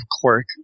quirk